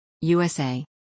USA